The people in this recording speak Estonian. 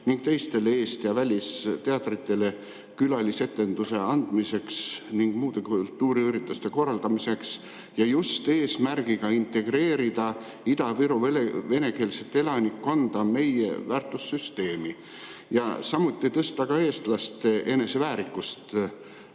ning teistele Eesti ja välisteatritele külalisetenduste andmiseks ning muude kultuuriürituste korraldamiseks. Seda just eesmärgiga integreerida Ida-Viru venekeelset elanikkonda meie väärtussüsteemi ja samuti tõsta eestlaste eneseväärikust